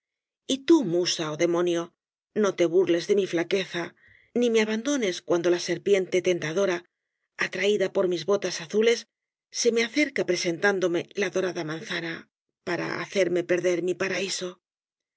y tú musa ó demonio no te burles de mi flaqueza ni me abandones cuando la serpiente tentadora atraída por mis botas azules se me acerca presentándome la dorada manzana para hacerme perder mi paraíso